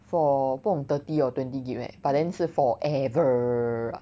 for 不懂 thirty or twenty gib leh but then 是 forever